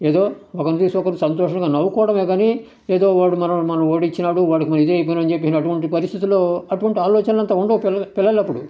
ఏదో ఒకరిని చూసి ఒకరు సంతోషంగా నవ్వుకోవడమే కానీ ఏదో వాడు మనల్ని ఓడిచ్చినాడు వానికి మనం ఇది అయిపోయినాం అని చెప్పి అటువంటి పరిస్థితులు అటువంటి ఆలోచనలంతా ఉండవు పిల్ల పిల్లలప్పుడు